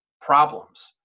problems